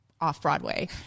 off-Broadway